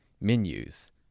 menus